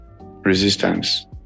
resistance